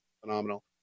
Phenomenal